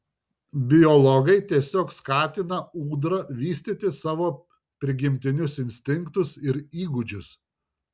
biologai tiesiog skatina ūdra vystyti savo prigimtinius instinktus ir įgūdžius